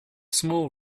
small